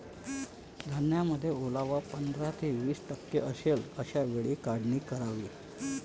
धान्यामध्ये ओलावा पंधरा ते वीस टक्के असेल अशा वेळी काढणी करावी